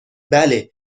بله